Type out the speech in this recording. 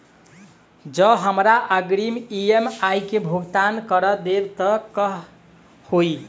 जँ हमरा अग्रिम ई.एम.आई केँ भुगतान करऽ देब तऽ कऽ होइ?